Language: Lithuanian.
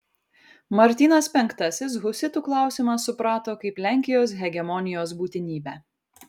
martynas penktasis husitų klausimą suprato kaip lenkijos hegemonijos būtinybę